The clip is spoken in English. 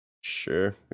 Sure